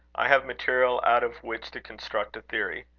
i have material out of which to construct a theory.